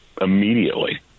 immediately